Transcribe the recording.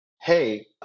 hey